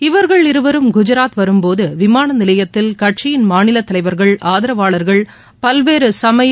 இவர்கள் இருவரும் குஜாத் வரும்போது விமான நிலையத்தில் கட்சியின் மாநிலத் தலைவர்கள் ஆதரவாளர்கள் பல்வேறு சமய